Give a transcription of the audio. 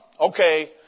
okay